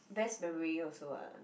best memory also [what]